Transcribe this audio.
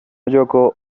yoko